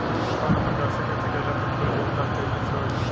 कवना प्रकार से खेती कइला पर फूल के विकास तेजी से होयी?